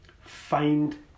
find